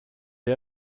est